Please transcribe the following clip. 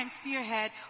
spearhead